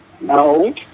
no